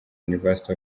university